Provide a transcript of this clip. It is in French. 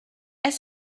est